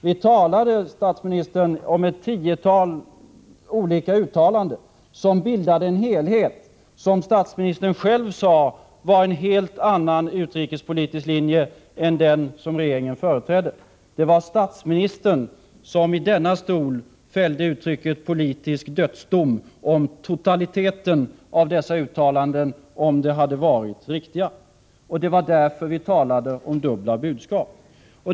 Vi talade om ett tiotal olika uttalanden som bildade en helhet, vilken statsministern själv kallade en helt annan utrikespolitisk linje än den som regeringen företrädde. Det var statsministern som i denna talarstol fällde uttrycket ”politisk dödsdom” om totaliteten av dessa uttalanden, om de hade varit riktiga. Därför var det vi talade om dubbla budskap.